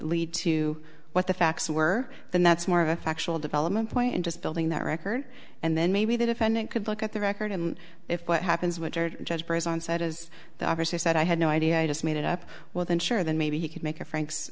lead to what the facts were then that's more of a factual development point just building that record and then maybe the defendant could look at the record and if what happens which are judged by his own side is the obvious he said i had no idea i just made it up well then sure then maybe he could make a franks